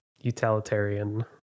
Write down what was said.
utilitarian